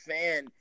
fan